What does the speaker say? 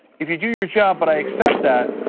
if you do your job but i accept that,